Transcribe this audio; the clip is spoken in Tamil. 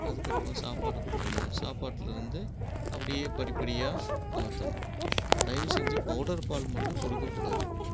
அதற்கப்பறம் சாப்பாடு கொடுக்கணும் சாப்பாட்டுலர்ந்து அப்படியே படிப்படியாக நகர்த்தணும் தயவு செஞ்சு பவுடர் பால் மட்டும் கொடுக்கக் கூடாது